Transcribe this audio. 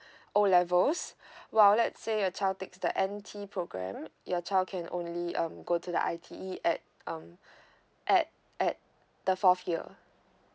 O levels while let's say your child takes the N_T programme your child can only um go to the I_T_E at um at at the fourth year